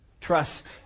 Trust